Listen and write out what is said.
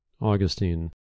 Augustine